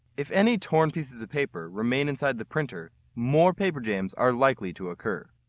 if any torn pieces of paper remain inside the printer, more paper jams are likely to occur.